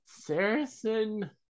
saracen